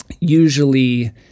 usually